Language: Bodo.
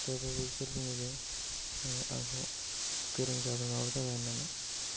थेवबाबो बिसोर बुङो जे आंखौ गोरों जाबाय माबा जाबाय होननानै